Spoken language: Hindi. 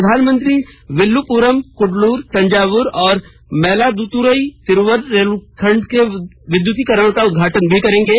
प्रधानमंत्री विल्लुपुरम कुड्डलूर तंजावुर और मैलादूतुरई तिरुवरुर रेलखण्ड के विद्युतीकरण का उद्घाटन करेंगे